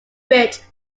ridge